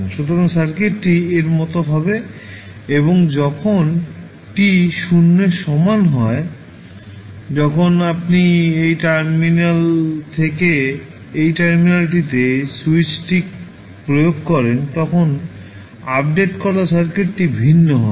সুতরাং সার্কিটটি এর মতো হবে এবং যখন t 0 এর সমান হয় যখন আপনি এই টার্মিনাল থেকে এই টার্মিনালটিতে স্যুইচটি প্রয়োগ করেন তখন আপডেট করা সার্কিটটি ভিন্ন হবে